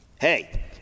Hey